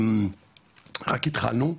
רק התחלנו,